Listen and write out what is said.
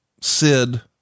Sid